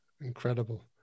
Incredible